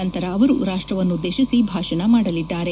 ನಂತರ ಅವರು ರಾಷ್ಟವನ್ನು ಉದ್ದೇಶಿಸಿ ಭಾಷಣ ಮಾದಲಿದ್ದಾರೆ